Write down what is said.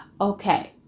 Okay